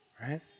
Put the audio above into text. right